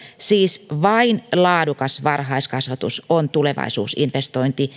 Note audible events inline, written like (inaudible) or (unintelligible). siis vain laadukas varhaiskasvatus on tulevaisuusinvestointi (unintelligible)